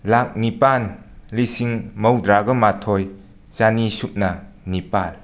ꯂꯥꯛ ꯅꯤꯄꯥꯟ ꯂꯤꯁꯤꯡ ꯃꯧꯗ꯭ꯔꯥꯒ ꯃꯥꯊꯣꯏ ꯆꯅꯤ ꯁꯨꯞꯅ ꯅꯤꯄꯥꯟ